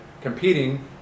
competing